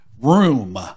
room